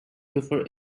before